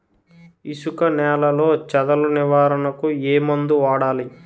ఇసుక నేలలో చదల నివారణకు ఏ మందు వాడాలి?